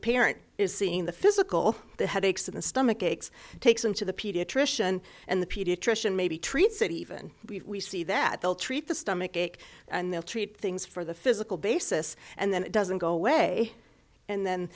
parent is seeing the physical headaches and stomach aches takes them to the pediatrician and the pediatrician maybe treats it even we see that they'll treat the stomach ache and they'll treat things for the physical basis and then it doesn't go away and then